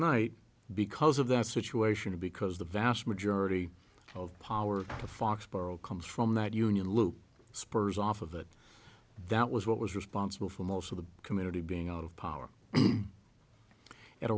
night because of that situation because the vast majority of power to foxborough comes from that union loop spurs off of it that was what was responsible for most of the community being out of power at